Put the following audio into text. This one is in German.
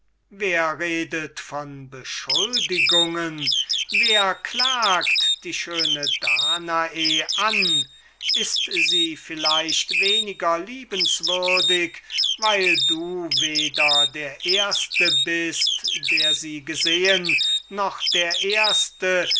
wer redet von beschuldigungen wer klagt die schöne danae an ist sie vielleicht weniger liebenswürdig weil du weder der erste bist der sie gesehen noch der erste